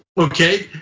okay.